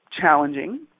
challenging